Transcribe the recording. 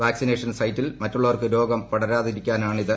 vaccination സൈറ്റിൽ മറ്റുള്ളവർക്ക് രോഗം പടരാതിരിക്കാനാണിത്